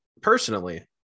personally